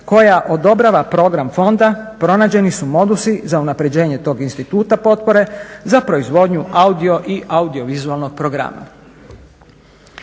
koja odobrava program fonda pronađeni su modusi za unapređenje tog instituta potpore, za proizvodnju audio i audio vizualnog programa.